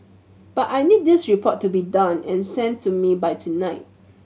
but I need this report to be done and sent to me by tonight